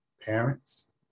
parents